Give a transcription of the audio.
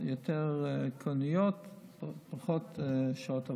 יותר תורנויות, פחות שעות עבודה.